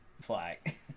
flag